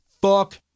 Fuck